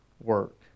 work